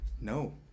No